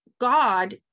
God